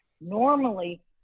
Normally